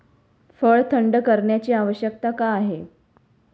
फळ थंड करण्याची आवश्यकता का आहे?